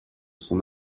son